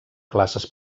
classes